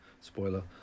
spoiler